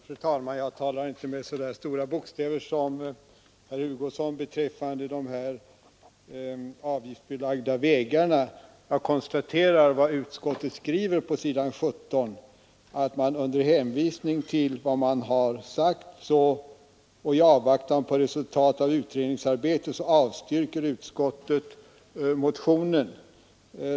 Fru talman! Jag talar inte med så stora bokstäver som herr Hugosson beträffande de avgiftsbelagda vägarna. Jag konstaterar vad utskottet skriver på s. 17, att under hänvisning till vad utskottet sagt och i avvaktan på resultatet av utredningsarbetet avstyrker utskottet motionen.